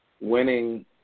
winning